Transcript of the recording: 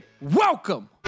Welcome